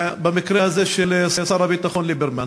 במקרה הזה של שר הביטחון ליברמן,